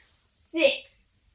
Six